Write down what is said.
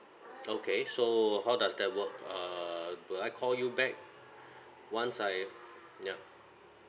okay so how does that work uh do I call you back once I ya